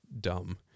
dumb